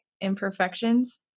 imperfections